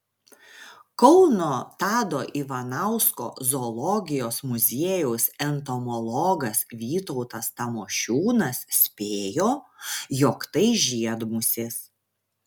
kauno tado ivanausko zoologijos muziejaus entomologas vytautas tamošiūnas spėjo jog tai žiedmusės